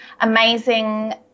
amazing